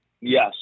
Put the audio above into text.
Yes